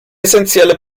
essentielle